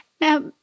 Now